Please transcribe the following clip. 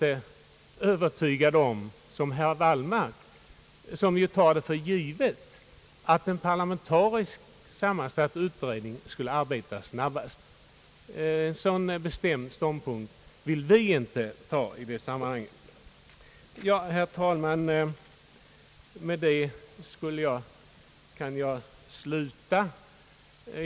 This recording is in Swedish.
Herr Wallmark tar det för givet att en parlamentarisk sammansatt utredning skulle arbeta snabbare än någon annan utredning. Vi är inte övertygade att så är fallet och vill därför inte ta en så bestämd ståndpunkt i denna fråga. Med det anförda skulle jag, herr talman, kunna sluta.